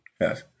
Yes